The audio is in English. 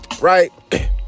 Right